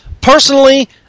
Personally